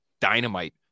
dynamite